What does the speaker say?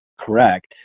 Correct